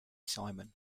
simon